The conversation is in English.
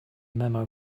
memo